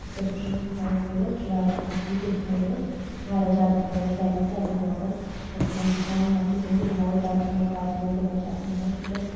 تہٕ سُہ چھُ مطلب کوٗلر سُہ چھُ واریاہ اَصٕل چیٖز تَمہِ سۭتۍ مِلیٚو اسہِ واریاہ زیادٕ فٲیِدٕ سارٮ۪ن ٔسارنی بٲژن أسۍ چھِ وۄنۍ سُہ تھاوان ییٚتٮ۪ن بیٚہمو أسۍ بَتہٕ کھٮ۪مو کالہٕ دوہلۍ چھِ آسان بٮ۪ہوان سُہ چھُ